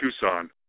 Tucson